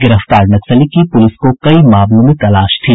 गिरफ्तार नक्सली की पुलिस को कई मामलों में तलाश थी